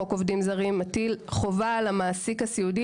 חוק עובדים זרים מטיל חובה על המעסיק הסיעודי